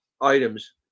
items